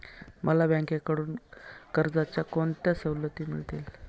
मला बँकेकडून कर्जाच्या कोणत्या सवलती मिळतील?